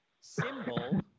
Symbol